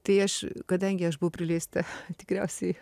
tai aš kadangi aš buvau prileista tikriausiai